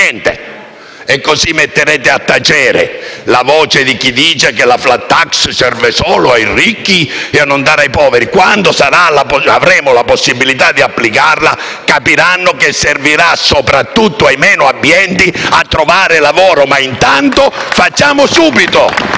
E così mettete a tacere la voce di chi dice che la *flat tax* serve solo ai ricchi e non ai poveri. Quando avremo la possibilità di applicarla, capiranno che servirà soprattutto ai meno abbienti a trovare lavoro, ma intanto facciamo subito